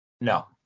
No